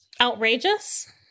Outrageous